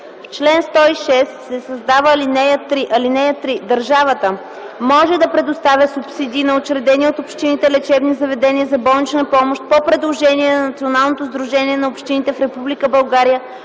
чл. 106 се създава ал. 3: „(3) Държавата може да предоставя субсидии на учредени от общините лечебни заведения за болнична помощ, по предложение на Националното сдружение на общините в